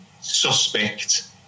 suspect